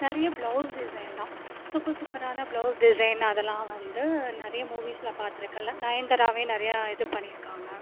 நிறைய blouse design தான் super சூப்பரான ப்ளவுஸ் டிசைன் அதெல்லாம் வந்து நிறைய மூவீஸ்ல பார்த்துருக்கேன்ல நயன்தாராவே நிறையா இது பண்ணிருக்காங்கள்